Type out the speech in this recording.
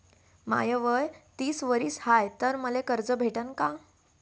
माय वय तीस वरीस हाय तर मले कर्ज भेटन का?